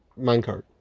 minecart